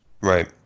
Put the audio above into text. Right